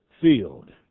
field